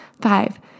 Five